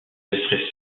laisserai